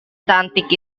cantik